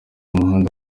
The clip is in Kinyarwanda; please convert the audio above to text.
umuhanda